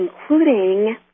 including